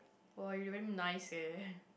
[wah] you damn nice eh